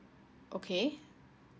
okay